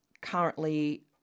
currently